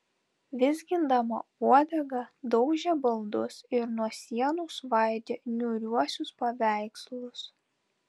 vizgindama uodegą daužė baldus ir nuo sienų svaidė niūriuosius paveikslus